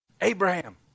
abraham